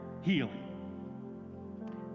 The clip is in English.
healing